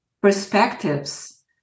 perspectives